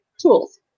tools